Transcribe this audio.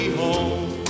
home